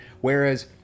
whereas